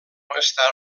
està